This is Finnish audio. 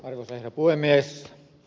arvoisa herra puhemies